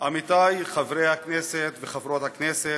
עמיתיי חברי הכנסת וחברות הכנסת,